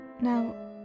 Now